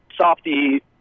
softy